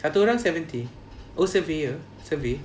satu orang seventy oh surveyor survey